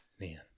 Man